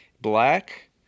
black